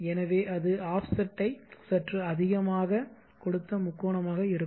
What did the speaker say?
எனவே அது ஆஃப்செட்டை சற்று அதிகமாக கொடுத்த முக்கோணமாக மாறும்